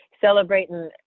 Celebrating